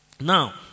Now